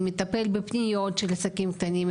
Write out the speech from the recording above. מטפל בפניות של עסקים קטנים?